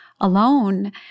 alone